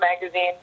magazine